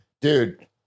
Dude